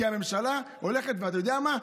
כי הממשלה הולכת, ואתה יודע מה?